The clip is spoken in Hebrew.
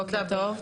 בוקר טוב.